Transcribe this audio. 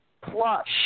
plus